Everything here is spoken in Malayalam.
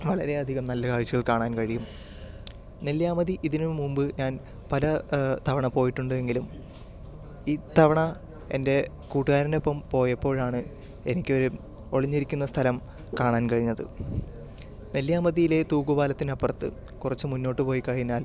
വളരെയധികം നല്ല കാഴ്ച്കൾ കാണാൻ കഴിയും നെല്ലിയാമ്പതി ഇതിനു മുൻപ് ഞാൻ പല തവണ പോയിട്ടുണ്ടെങ്കിലും ഈ തവണ എൻ്റെ കൂട്ടുകാരൻ്റെ ഒപ്പം പോയപ്പോഴാണ് എനിക്കൊരു ഒളിഞ്ഞിരിക്കുന്ന സ്ഥലം കാണാൻ കഴിഞ്ഞത് നെല്ലിയാമ്പതിയിലെ തൂക്കു പാലത്തിനപ്പുറത്ത് കുറച്ച് മുന്നോട്ട് പോയി കഴിഞ്ഞാൽ